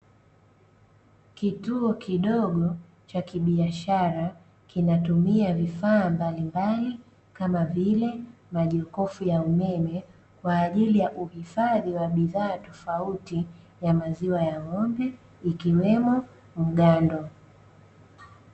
Kituo kidogo cha kibiashara kinatumia vifaa mbali mbali kama vile majokofu ya umeme kwa ajili ya uhifadhi wa bidhaa tofauti ya maziwa ya ng'ombe ikiwemo mgando.